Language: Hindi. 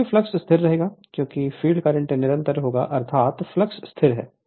इसलिए फ्लक्स स्थिर रहेगा क्योंकि फील्ड करंट निरंतर होगा अर्थात फ्लक्स स्थिर है